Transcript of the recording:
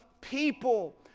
people